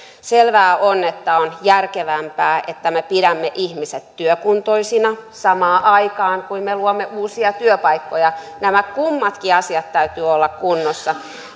selvää on että on järkevämpää että me pidämme ihmiset työkuntoisina samaan aikaan kuin me luomme uusia työpaikkoja näiden kummankin asian täytyy olla kunnossa